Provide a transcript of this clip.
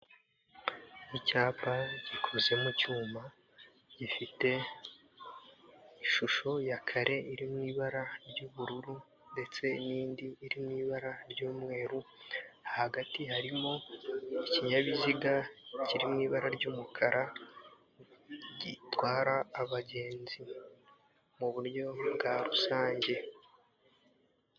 Icyapa gikoze mu cyuma, gifite ishusho ya kare iri mu ibara ry'ubururu ndetse n'indi iri mu ibara ry'umweru, hagati harimo ikinyabiziga kiri mu ibara ry'umukara gitwara abagenzi mu buryo bwa rusange.